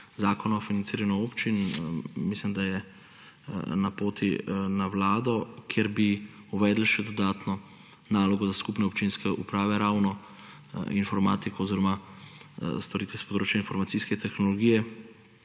Zakona o financiranju občin. Mislim, da je na poti na Vlado, kjer bi uvedli še dodatno nalogo za skupne občinske uprave, ravno informatiko oziroma storitve s področja informacijske tehnologije,